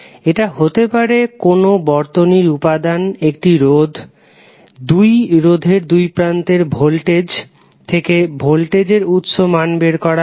এটা হতে পারে কোনো বর্তনীর উপাদান একটি রোধ সেই রোধের দুই প্রান্তের ভোল্টেজ থেকে ভোল্টেজ উৎসের মান বের করা হবে